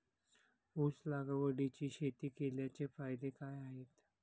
ऊस लागवडीची शेती केल्याचे फायदे काय आहेत?